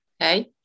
Okay